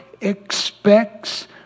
expects